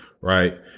Right